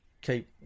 keep